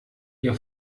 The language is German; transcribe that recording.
ihr